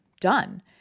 done